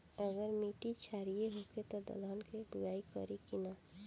अगर मिट्टी क्षारीय होखे त दलहन के बुआई करी की न?